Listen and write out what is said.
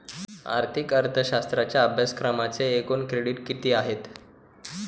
आर्थिक अर्थशास्त्राच्या अभ्यासक्रमाचे एकूण क्रेडिट किती आहेत?